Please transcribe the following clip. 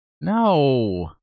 No